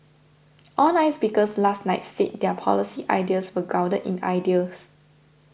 all nine speakers last night said their policy ideas were grounded in ideals